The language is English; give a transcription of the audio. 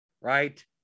right